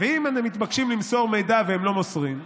ואם הם מתבקשים למסור מידע והם לא מוסרים,